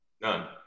none